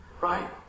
Right